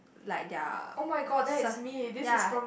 like their sa~ ya